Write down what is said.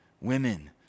women